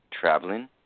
Traveling